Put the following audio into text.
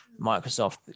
Microsoft